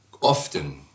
often